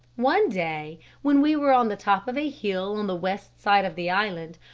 one day when we were on the top of a hill on the west side of the island,